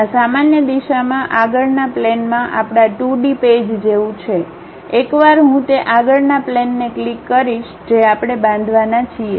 આ સામાન્ય દિશામાં આગળના પ્લેનમાં આપણાં 2D પેજ જેવું છે એકવાર હું તે આગળના પ્લેનને ક્લિક કરીશું જે આપણે બાંધવાના છીએ